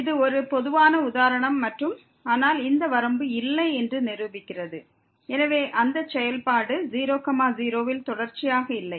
இது ஒரு பொதுவான உதாரணம் மற்றும் ஆனால் இந்த வரம்பு இல்லை என்று நிரூபிக்கிறது எனவே அந்த செயல்பாடு 0 0 இல் தொடர்ச்சியாக இல்லை